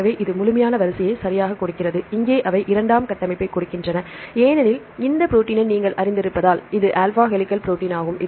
எனவே இது முழுமையான வரிசையை சரியாகக் கொடுக்கிறது இங்கே அவை இரண்டாம் கட்டமைப்பைக் கொடுக்கின்றன ஏனெனில் இந்த ப்ரோடீனை நீங்கள் அறிந்திருப்பதால் இது ஆல்பா ஹெலிகல் ப்ரோடீன் ஆகும்